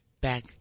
back